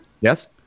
Yes